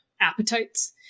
appetites